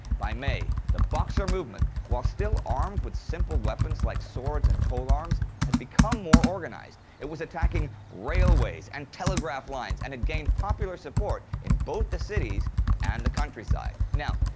by may, the boxer movement, while still armed with simple weapons like swords and polearms, had become more organised. it was attacking railways and telegraph lines, and had gained popular support in both the cities and the countryside. now,